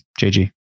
JG